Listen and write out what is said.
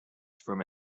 from